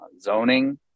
zoning